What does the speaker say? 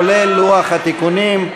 כולל לוח התיקונים,